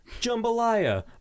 jambalaya